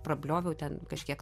prablioviau ten kažkiek